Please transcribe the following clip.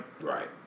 Right